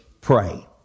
pray